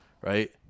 right